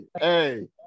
hey